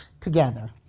together